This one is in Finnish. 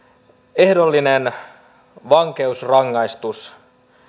ehdollinen vankeusrangaistus